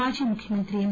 మాజీ ముఖ్యమంత్రి ఎన్